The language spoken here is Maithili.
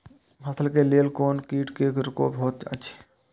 फसल के लेल कोन कोन किट के प्रकोप होयत अछि?